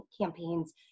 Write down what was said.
campaigns